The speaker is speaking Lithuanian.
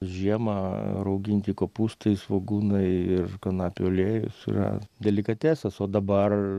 žiemą rauginti kopūstai svogūnai ir kanapių aliejus yra delikatesas o dabar